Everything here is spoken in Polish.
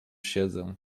siedzę